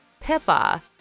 Pippa